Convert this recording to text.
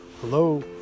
hello